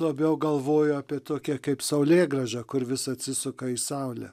labiau galvoju apie tokią kaip saulėgrąžą kur vis atsisuka į saulę